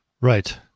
Right